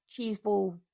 cheeseball